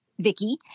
Vicky